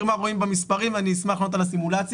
מה רואים במספרים אני אשמח לענות על הסימולציה.